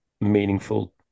meaningful